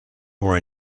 for